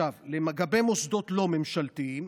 לגבי מוסדות לא ממשלתיים,